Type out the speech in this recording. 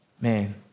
man